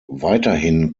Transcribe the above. weiterhin